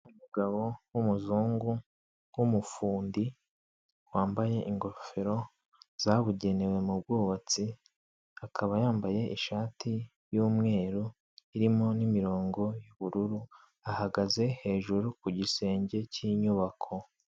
Umugabo w'umuzungu w'umufundi wambaye ingofero zabugenewe mu bwubatsi; akaba yambaye ishati y'umweru irimo n'imirongo y'ubururu; ahagaze hejuru ku gisenge cy'inyubako.